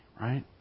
Right